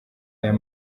ayo